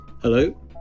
Hello